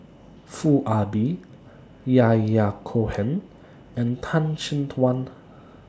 Foo Ah Bee Yahya Cohen and Tan Chin Tuan